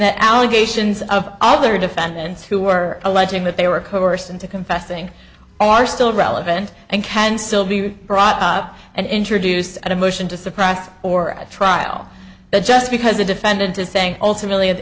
the allegations of other defendants who are alleging that they were coerced into confessing are still relevant and can still be brought up and introduced at a motion to suppress or at trial but just because a defendant is saying ultimately at the